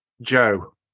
Joe